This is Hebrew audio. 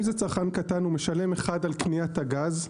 אם זה צרכן קטן הוא משלם אחד על קניית הגז,